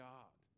God